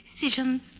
decisions